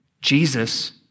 Jesus